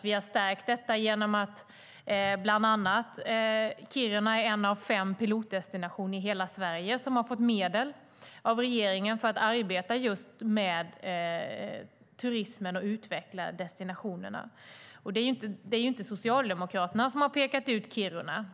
Vi har stärkt detta bland annat genom att Kiruna är en av fem pilotdestinationer i hela Sverige som har fått medel av regeringen för att arbeta med turismen och utveckla destinationerna. Det är inte Socialdemokraterna som har pekat ut Kiruna.